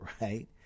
right